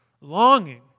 longing